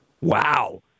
Wow